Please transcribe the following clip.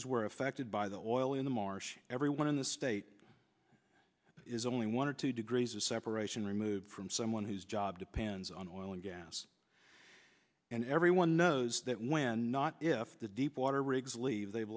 as were affected by the oil in the marsh everyone in the state is only one or two degrees of separation removed from someone whose job depends on oil and gas and everyone knows that when not if the deepwater rigs leave they've